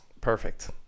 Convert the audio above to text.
Perfect